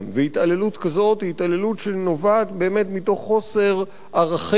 והתעללות כזאת היא התעללות שנובעת באמת מתוך חוסר ערכים,